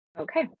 Okay